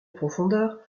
profondeur